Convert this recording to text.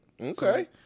Okay